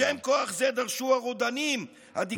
בשם כוח זה דרשו הרודנים הדיקטטורים,